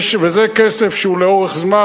וזה כסף שהוא לאורך זמן.